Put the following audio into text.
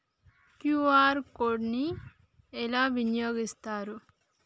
QR code ని ఎలా వినియోగిస్తారు?